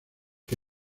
que